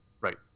Right